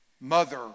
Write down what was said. mother